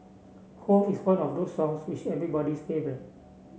home is one of those songs which is everybody's favourite